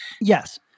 Yes